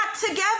together